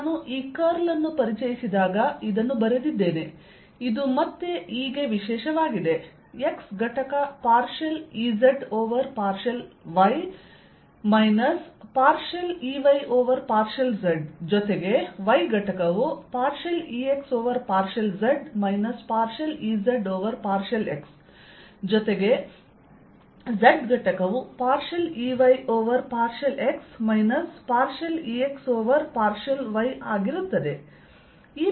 ನಾನು ಈ ಕರ್ಲ್ ಅನ್ನು ಪರಿಚಯಿಸಿದಾಗ ಇದನ್ನು ಬರೆದಿದ್ದೇನೆ ಇದು ಮತ್ತೆ E ಗೆ ವಿಶೇಷವಾಗಿದೆ Ex ಘಟಕ partial Ez over partial y minus partial Ey over partial z ಜೊತೆಗೆ y ಘಟಕವು partial Ex over partial z minus partial Ez over partial x ಜೊತೆಗೆ z ಘಟಕವು partial Ey over partial x minus partial Ex over partial y ಆಗಿರುತ್ತದೆ